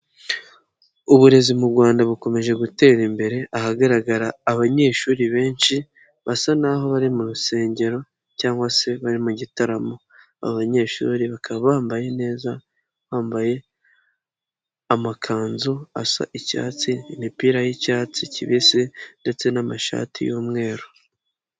Uburezi mu Rwanda bukomeje gutera imbere ahagaragara abanyeshuri benshi basa n'aho bari mu rusengero cyangwa se bari mu gitaramo, aba banyeshuri bakaba bambaye neza bambaye amakanzu asa icyatsi, imipira y'icyatsi kibisi ndetse n'amashati y'umweru.